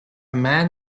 man